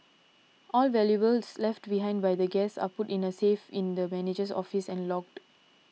all valuables left behind by guests are put in a safe in the manager's office and logged